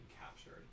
captured